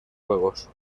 juegos